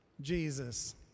Jesus